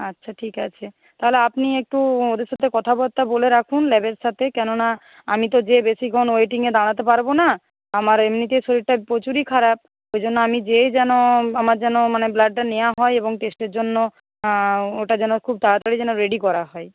আচ্ছা ঠিক আছে তাহলে আপনি একটু ওদের সাথে কথাবার্তা বলে রাখুন ল্যাবের সাথে কেন না আমি তো গিয়ে বেশিক্ষণ ওয়েটিংয়ে দাঁড়াতে পারব না আমার এমনিতেই শরীরটা প্রচুরই খারাপ ওই জন্য আমি গিয়েই যেন আমার যেন মানে ব্লাডটা নেওয়া হয় এবং টেস্টের জন্য ওটা যেন খুব তাড়াতাড়ি যেন রেডি করা হয়